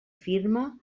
firma